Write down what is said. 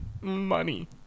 Money